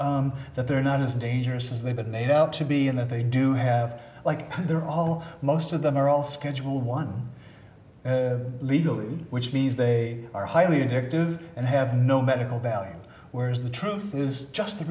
but that they're not as dangerous as they've been made out to be in that they do have like they're all most of them are all schedule one legally which means they are highly addictive and have no medical value whereas the truth is just the